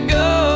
go